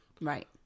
Right